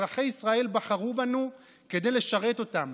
אזרחי ישראל בחרו בנו כדי לשרת אותם